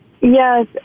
Yes